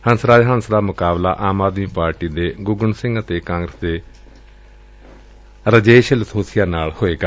ਹੰਸ ਰਾਜ ਹੰਸ ਦਾ ਮੁਕਾਬਲਾ ਆਮ ਆਦਮੀ ਪਾਰਟੀ ਦੇ ਗੁੱਗਨ ਸਿੰਘ ਅਤੇ ਕਾਂਗਰਸ ਦੇ ਰਾਜ਼ੇਸ਼ ਲਿਲੋਬੀਆ ਨਾਲ ਹੋਵੇਗਾ